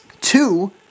Two